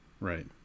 right